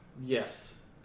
Yes